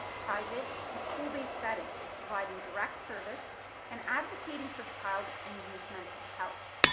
private and school-based settings, providing direct service and advocating for child and youth mental health.